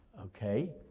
Okay